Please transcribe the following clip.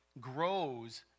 grows